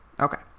Okay